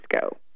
go